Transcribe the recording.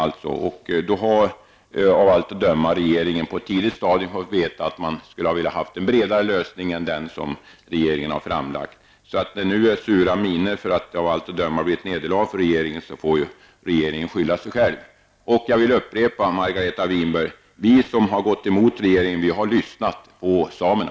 Då hade regeringen av allt att döma på ett tidigt stadium fått veta att man vill ha en bredare lösning än den som regeringen har föreslagit. När det nu är sura miner därför att det av allt att döma blir ett nederlag för regeringen, får ju regeringen skylla sig själv. Jag vill Margareta Winberg, upprepa: Vi som har gått mot regeringen har lyssnat på samerna.